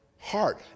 heart